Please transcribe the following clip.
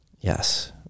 Yes